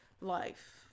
life